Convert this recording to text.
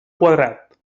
quadrat